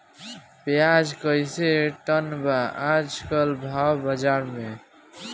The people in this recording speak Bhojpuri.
प्याज कइसे टन बा आज कल भाव बाज़ार मे?